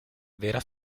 vera